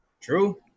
True